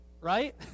right